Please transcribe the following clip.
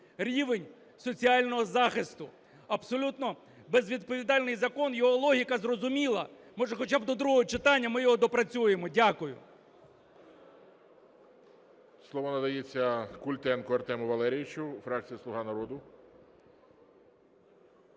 рівень соціального захисту. Абсолютно безвідповідальний закон, його логіка зрозуміла. Може, хоча б до другого читання ми його доопрацюємо. Дякую.